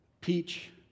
peach